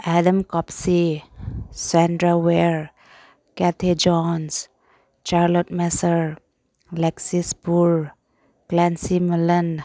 ꯑꯦꯗꯥꯝ ꯀꯣꯞꯁꯤ ꯁꯦꯟꯗ꯭ꯔꯥ ꯋꯦꯌꯔ Kathy Jones Charlotte ꯃꯦꯁꯔ ꯂꯦꯛꯁꯤꯁꯄꯨꯔ ꯄ꯭ꯂꯦꯡꯁꯤ ꯃꯂꯟ